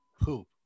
poop